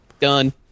Done